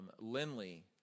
Lindley